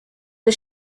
the